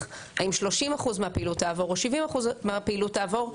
האם 30% מהפעילות תעבור או 70% מהפעילות תעבור,